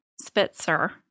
Spitzer